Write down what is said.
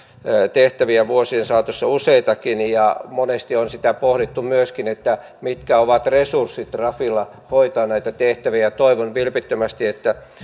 tehtäviä vuosien saatossa useitakin ja monesti on pohdittu myöskin mitkä ovat resurssit trafilla hoitaa näitä tehtäviä toivon vilpittömästi että